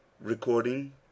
Recording